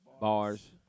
Bars